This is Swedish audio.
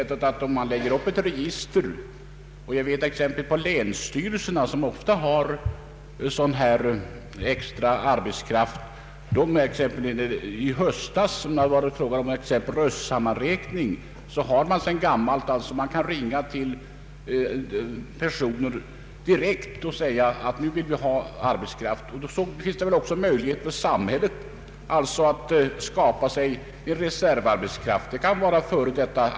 Men om man lägger upp ett register kan man direkt ringa till personer och säga att man behöver arbets kraft — så har exempelvis skett på länsstyrelserna i höstas vid röstsammanräkningen. På detta sätt finns det också möjlighet för samhället att skapa en arbetskraftsreserv. Det kan vara f. d.